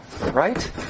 Right